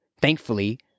thankfully